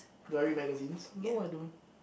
do I read magazines no I don't